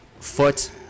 foot